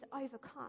overcome